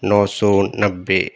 نو سو نبے